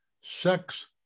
sex